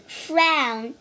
frown，